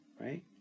right